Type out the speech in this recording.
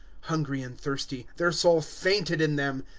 hungry and thirsty, their soul fainted in them.